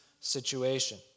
situation